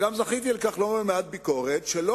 וגם זכיתי בלא מעט ביקורת על כך שלא